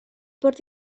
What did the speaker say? bwrdd